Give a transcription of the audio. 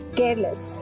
careless